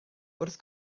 wrth